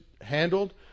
handled